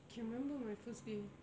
can remember my first day